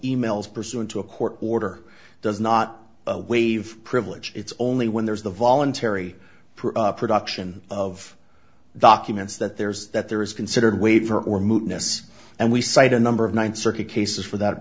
e mails pursuant to a court order does not a wave privilege it's only when there's the voluntary for production of documents that there's that there is considered waiver or moodiness and we cite a number of ninth circuit cases for that